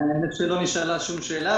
האמת שלא נשאלה שום שאלה.